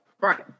Right